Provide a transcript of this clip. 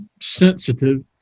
sensitive